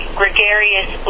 gregarious